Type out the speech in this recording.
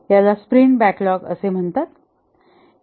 याला sprint backlog असे म्हणतात